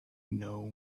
know